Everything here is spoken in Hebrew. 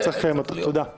תודה.